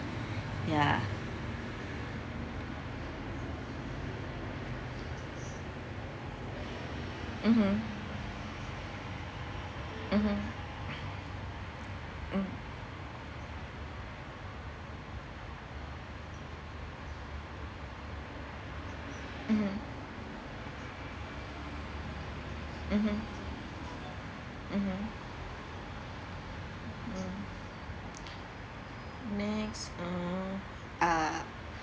ya mmhmm mmhmm mm mmhmm mmhmm mm next mm uh